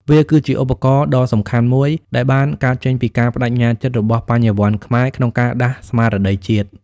វាគឺជាឧបករណ៍ដ៏សំខាន់មួយ ដែលបានកើតចេញពីការប្ដេជ្ញាចិត្តរបស់បញ្ញវន្តខ្មែរក្នុងការដាស់ស្មារតីជាតិ។